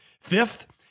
Fifth